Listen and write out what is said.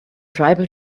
tribal